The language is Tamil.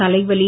தலைவலி